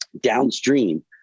downstream